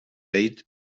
bade